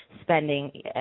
spending